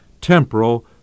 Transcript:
temporal